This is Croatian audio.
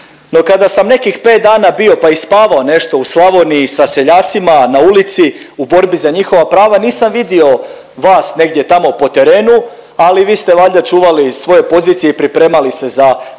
kada sam nekih 5 dana bio, pa i spavao nešto u Slavoniji sa seljacima na ulici u borbi za njihova prava, nisam vidio vas negdje tamo po terenu, ali vi ste valjda čuvali svoje pozicije i pripremali se za